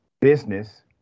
business